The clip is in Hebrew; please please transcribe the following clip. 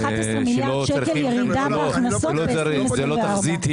11 מיליארד שקל ירידה בהכנסות ב- 2024. היא